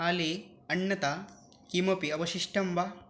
आली अन्यथा किमपि अवशिष्टं वा